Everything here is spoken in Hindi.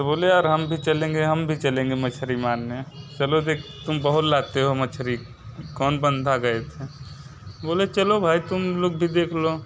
तो बोले यार हम भी चलेंगे हम भी चलेंगे मछली मारने चलो देख तुम बहुत लाते हो मछली कौन बंदे गए थे बोले चलो भाई तुम लोग भी देख लो